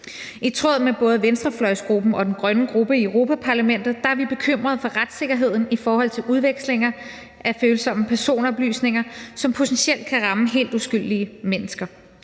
I tråd med både venstrefløjsgruppen og den grønne gruppe i Europa-Parlamentet er vi bekymret for retssikkerheden i forhold til udveksling af følsomme personoplysninger, som potentielt kan ramme helt uskyldige mennesker.